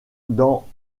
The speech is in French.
dans